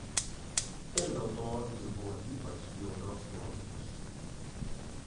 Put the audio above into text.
ir dėl to jis buvo ypač bjaurios nuotaikos